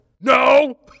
No